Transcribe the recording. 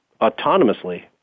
autonomously